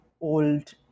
old